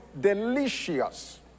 delicious